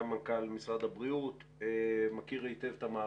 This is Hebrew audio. מנכ"ל משרד הבריאות ומכיר היטב את המערכת,